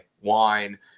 wine